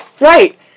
Right